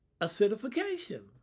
Acidification